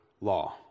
law